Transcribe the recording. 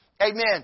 Amen